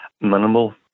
minimal